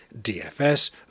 DFS